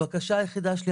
הבקשה היחידה שלי,